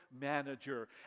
manager